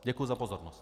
Děkuji za pozornost.